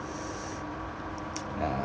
ah